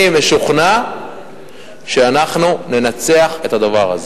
אני משוכנע שאנחנו ננצח בדבר הזה.